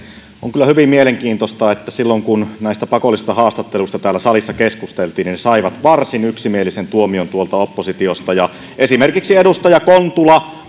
on kyllä hyvin mielenkiintoista että silloin kun näistä pakollisista haastatteluista täällä salissa keskusteltiin ne saivat varsin yksimielisen tuomion tuolta oppositiosta esimerkiksi edustaja kontula